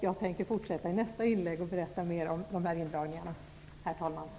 Jag tänker fortsätta att berätta om indragningarna i nästa inlägg, herr talman.